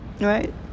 right